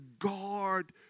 guard